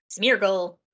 Smeargle